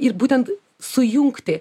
ir būtent sujungti